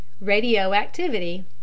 Radioactivity